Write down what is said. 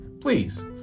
Please